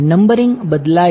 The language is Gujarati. નંબરિંગ બદલાય છે